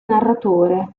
narratore